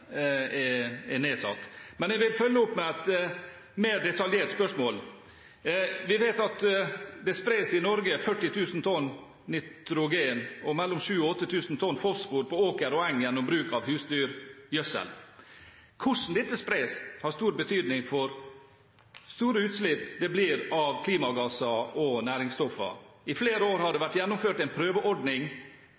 i Norge 40 000 tonn nitrogen og mellom 7 000 og 8 000 tonn fosfor på åker og eng gjennom bruk av husdyrgjødsel. Hvordan dette spres, har stor betydning for hvor store utslipp det blir av klimagasser og næringsstoffer. I flere år har det vært gjennomført en prøveordning